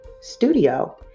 studio